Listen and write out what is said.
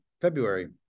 February